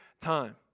time